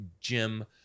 Jim